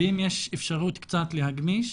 ואם יש אפשרות קצת להגמיש.